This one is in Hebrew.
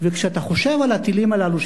כשאתה חושב על הטילים האלה,